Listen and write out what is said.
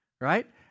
right